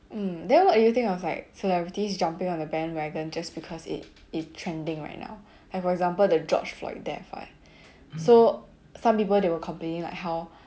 mm then what do you think of like celebrities jumping on the bandwagon just because it is trending right now like for example the george floyd death one so some people they were complaining like how